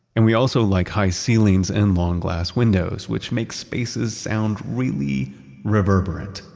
and we also like high ceilings and long glass windows, which makes spaces sound really reverberant.